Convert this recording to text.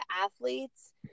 athletes